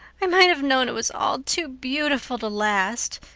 i might have known it was all too beautiful to last.